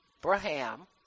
Abraham